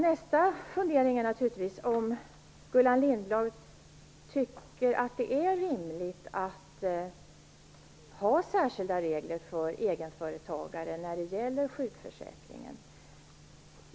Nästa fundering är om Gullan Lindblad tycker att det är rimligt att ha särskilda regler för egenföretagare när det gäller sjukförsäkringen.